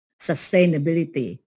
sustainability